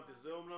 זה לכל החייליים.